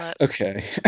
Okay